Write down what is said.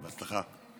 בהצלחה.